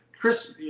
Chris